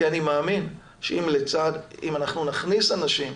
כי אני מאמין שאם אנחנו נכניס אנשים,